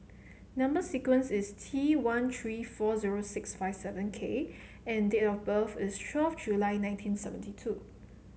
number sequence is T one three four zero six five seven K and date of birth is twelve July nineteen seventy two